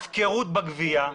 הפקרות בגבייה,